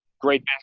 great